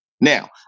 Now